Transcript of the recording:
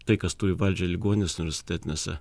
tai kas turi valdžią ligoninėse universitetinėse